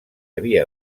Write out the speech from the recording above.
havia